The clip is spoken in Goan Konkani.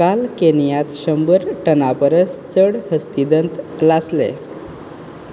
काल केनियात शंबर टना परस चड हस्तीदंत लासले